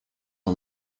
the